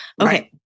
Okay